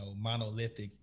monolithic